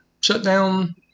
shutdown